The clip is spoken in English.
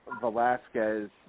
Velasquez